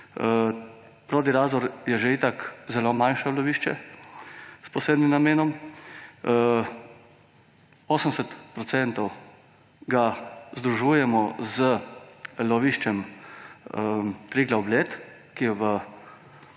Prodi-Razor je že itak zelo majhno lovišče s posebnim namenom. 80 % ga združujemo z loviščem Triglav Bled, ki je v